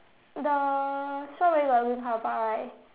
the strawberry got right